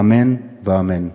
אמן ואמן.